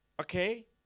Okay